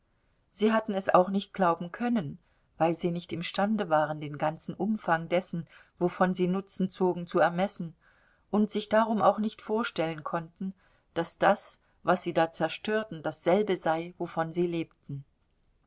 sie hatten es auch nicht glauben können weil sie nicht imstande waren den ganzen umfang dessen wovon sie nutzen zogen zu ermessen und sich darum auch nicht vorstellen konnten daß das was sie da zerstörten dasselbe sei wovon sie lebten